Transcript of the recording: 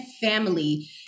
family